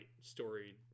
story